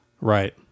right